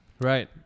Right